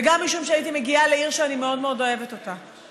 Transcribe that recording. וגם משום שהייתי מגיעה לעיר שאני מאוד מאוד אוהבת אותה.